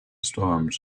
storms